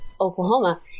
Oklahoma